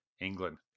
England